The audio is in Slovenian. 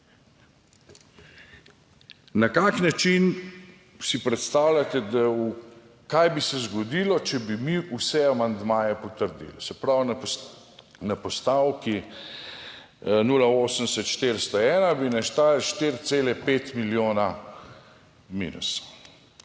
Na kakšen način si predstavljate, kaj bi se zgodilo, če bi mi vse amandmaje potrdili? Se pravi, na postavki 080401 bi nastalo 4,5 milijona minusov.